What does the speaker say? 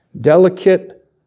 delicate